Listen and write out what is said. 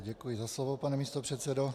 Děkuji za slovo, pane místopředsedo.